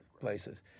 places